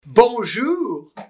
Bonjour